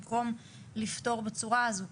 במקום לפטור בצורה הזאת,